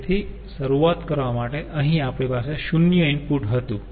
તેથી શરૂઆત કરવા માટે અહીં આપણી પાસે 0 શુન્ય ઈનપુટ હતું